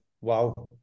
wow